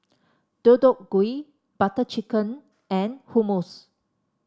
Deodeok Gui Butter Chicken and Hummus